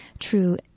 true